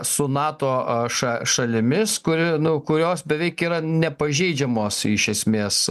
su nato ša šalimis kuri nu kurios beveik yra nepažeidžiamos iš esmės